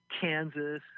Kansas